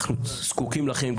אנחנו זקוקים לכם,